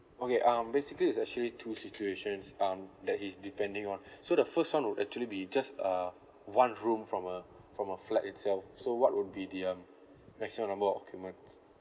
okay um basically it's actually two situations um that is depending on so the first one would actually be just uh one room from a from a flat itself so what would be the um maximum number of occupants